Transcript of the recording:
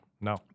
no